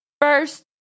first